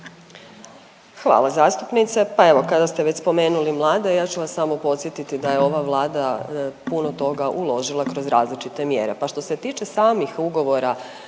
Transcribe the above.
Hvala zastupnice, pa evo kada ste već spomenuli mlade ja ću vas samo podsjetiti da je ova Vlada puno toga uložila kroz različite mjere. Pa što se tiče samih ugovora